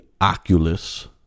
Oculus